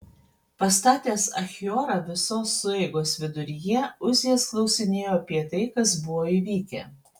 pastatęs achiorą visos sueigos viduryje uzijas klausinėjo apie tai kas buvo įvykę